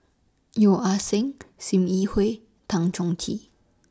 Yeo Ah Seng SIM Yi Hui Tan Chong Tee